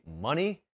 money